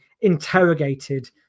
interrogated